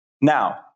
Now